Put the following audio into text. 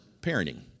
parenting